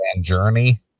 journey